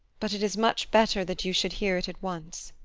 but it is much better that you should hear it at once.